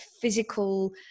physical